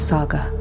Saga